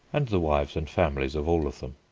and the wives and families of all of them.